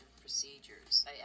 procedures